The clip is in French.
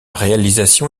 réalisation